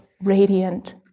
radiant